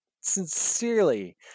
sincerely